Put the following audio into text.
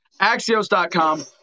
Axios.com